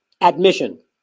admission